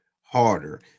harder